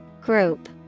Group